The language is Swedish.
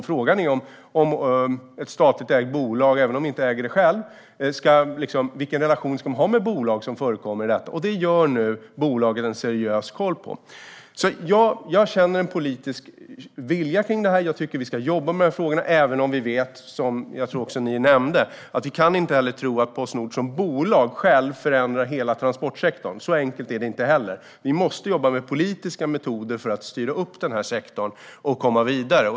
Frågan är vilken relation som Postnord ska ha med bolag som förekommer här. Där gör Postnord nu en seriös kontroll. Jag känner en politisk vilja i frågan, och jag tycker att vi ska jobba med frågorna - även om vi inte kan tro att Postnord som bolag självt kommer att förändra hela transportsektorn. Så enkelt är det inte heller. Vi måste jobba med politiska metoder för att styra upp sektorn och komma vidare.